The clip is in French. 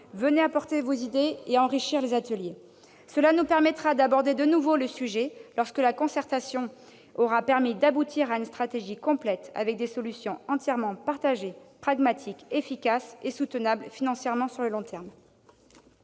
enrichir les idées du Parlement ! Cela nous permettra d'aborder de nouveau le sujet lorsque la concertation aura permis d'aboutir à une stratégie complète, avec des solutions entièrement partagées, pragmatiques, efficaces et soutenables financièrement sur le long terme.